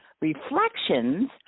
Reflections